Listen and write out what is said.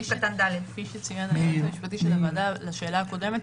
כפי שציין היועץ המשפטי של הוועדה לשאלה הקודמת,